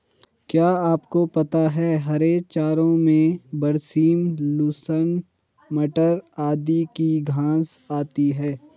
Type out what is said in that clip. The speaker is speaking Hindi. क्या आपको पता है हरे चारों में बरसीम, लूसर्न, मटर आदि की घांस आती है?